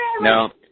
no